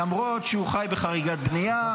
למרות שהוא חי בחריגת בנייה,